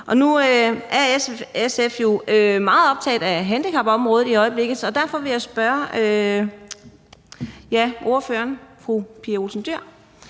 Nu er SF jo meget optaget af handicapområdet i øjeblikket, og derfor vil jeg spørge fru Pia Olsen Dyhr